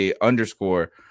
underscore